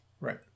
Right